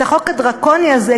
את החוק הדרקוני הזה,